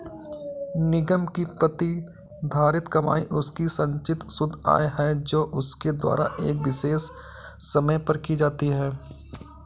निगम की प्रतिधारित कमाई उसकी संचित शुद्ध आय है जो उसके द्वारा एक विशेष समय पर की जाती है